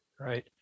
right